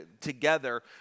together